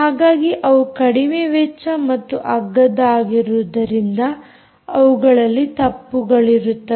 ಹಾಗಾಗಿ ಅವು ಕಡಿಮೆ ವೆಚ್ಚ ಮತ್ತು ಅಗ್ಗದಾಗಿರುವುದರಿಂದ ಅವುಗಳಲ್ಲಿ ತಪ್ಪುಗಳಿರುತ್ತವೆ